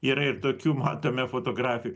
yra ir tokių matome fotografi